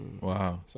Wow